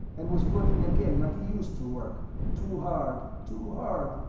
and was working again like he used to work too hard, too hard,